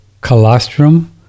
colostrum